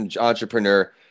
entrepreneur